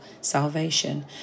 salvation